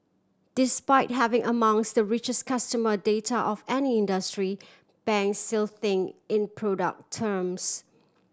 despite having amongst the richest customer data of any industry banks still think in product terms